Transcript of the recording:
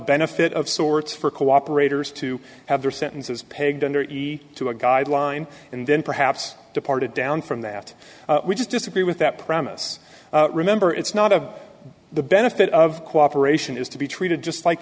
benefit of sorts for cooperators to have their sentences pegged under easy to a guideline and then perhaps departed down from that we just disagree with that promise remember it's not of the benefit of cooperation is to be treated just like